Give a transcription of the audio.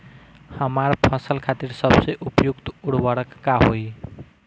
हमार फसल खातिर सबसे उपयुक्त उर्वरक का होई?